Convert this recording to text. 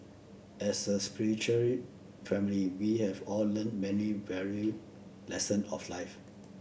as a spiritual family we have all learned many value lesson of life